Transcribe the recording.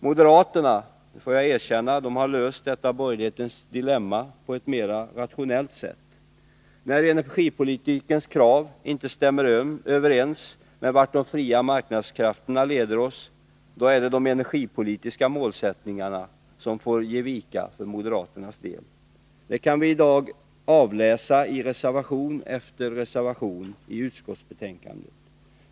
Moderaterna, får jag erkänna, har löst detta borgerlighetens dilemma på ett mera rationellt sätt. När energipolitikens krav inte stämmer överens med vart de fria marknadskrafterna leder oss, då är det de energipolitiska målsättningarna som får ge vika för moderaternas del. Det kan vii dag avläsa i reservation efter reservation i utskottsbetänkandet.